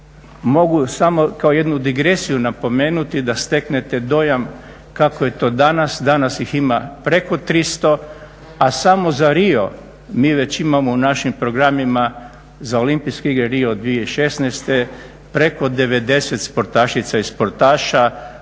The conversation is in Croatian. Mogu samo kao jednu digresiju napomenuti da steknete dojam kako je to danas, danas ih ima preko tristo a samo za Rio mi već imamo u našim programima za Olimpijske igre Rio 2016. preko devedeset sportašica i sportaša